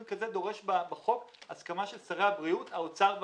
כזה דורש בחוק הסכמה של שרי הבריאות האוצר והרווחה.